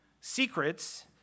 secrets